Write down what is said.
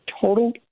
total